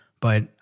But-